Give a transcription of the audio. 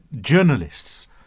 journalists